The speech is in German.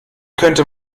könnte